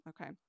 okay